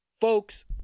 Folks